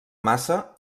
massa